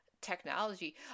technology